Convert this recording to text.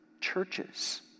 churches